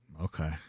Okay